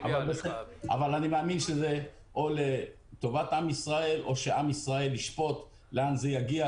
אבל אני מאמין שאו זה לטובת עם ישראל או עם ישראל ישפוט לאן זה יגיע,